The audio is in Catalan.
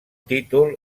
títol